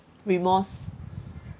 remorse